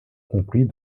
compris